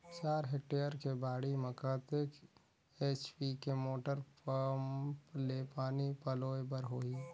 चार हेक्टेयर के बाड़ी म कतेक एच.पी के मोटर पम्म ले पानी पलोय बर होही?